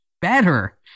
better